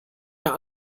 mehr